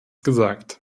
gesagt